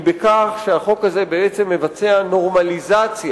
היא בכך שהחוק הזה בעצם מבצע נורמליזציה